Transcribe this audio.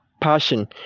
passion